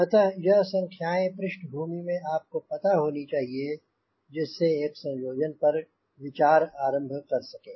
अतः यह संख्याएंँ पृष्ठभूमि में आपको पता होनी चाहिए जिससे एक संयोजना पर विचार आरंभ कर सकें